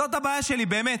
זאת הבעיה שלי, באמת.